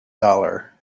dollar